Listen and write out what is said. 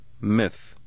Myth